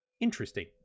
interesting